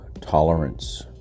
tolerance